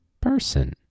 person